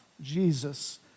Jesus